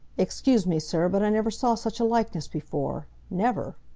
excuse me, sir, but i never saw such a likeness before never!